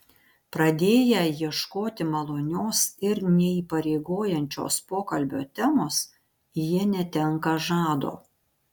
pradėję ieškoti malonios ir neįpareigojančios pokalbio temos jie netenka žado